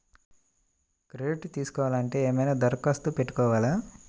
Credit తీసుకోవాలి అంటే ఏమైనా దరఖాస్తు పెట్టుకోవాలా?